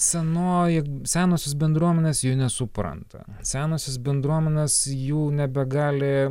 senoji senosios bendruomenės jų nesupranta senosios bendruomenės jų nebegali